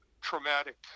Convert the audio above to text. traumatic